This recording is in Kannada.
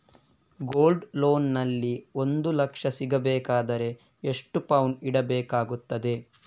ಗೋಲ್ಡ್ ಲೋನ್ ನಲ್ಲಿ ಒಂದು ಲಕ್ಷ ಸಿಗಬೇಕಾದರೆ ಎಷ್ಟು ಪೌನು ಇಡಬೇಕಾಗುತ್ತದೆ?